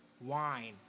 wine